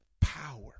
power